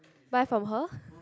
buy from her